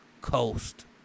Coast